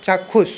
চাক্ষুষ